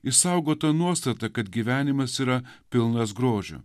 išsaugota nuostata kad gyvenimas yra pilnas grožio